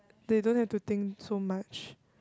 they don't have to think so much